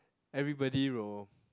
everybody will